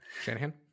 Shanahan